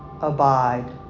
Abide